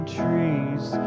trees